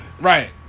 Right